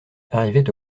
arrivait